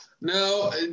No